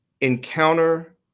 encounter